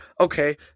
okay